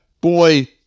boy